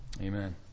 Amen